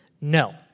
No